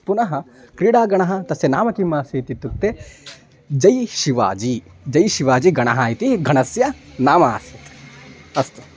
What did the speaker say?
पुनः क्रीडागणः तस्य नाम किम् आसीत् इत्युक्ते जै शिवाजि जै शिवाजि गणः इति घणस्य नाम आसीत् अस्तु